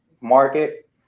market